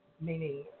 meaning